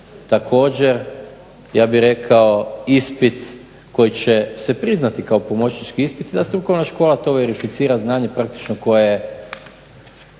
također ja bih rekao ispit koji će se priznati kao pomoćnički ispit i da strukovna škola to verificira znanje praktično koje je